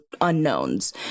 unknowns